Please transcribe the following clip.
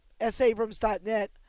sabrams.net